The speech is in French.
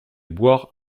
boire